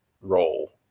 role